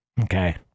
Okay